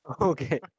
Okay